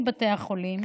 מבתי החולים,